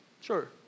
Sure